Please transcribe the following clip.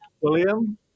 William